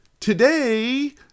Today